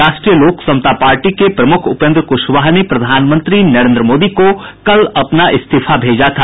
राष्ट्रीय लोक समता पार्टी के प्रमुख उपेन्द्र कुशवाहा ने प्रधानमंत्री नरेन्द्र मोदी को कल अपना इस्तीफा भेजा था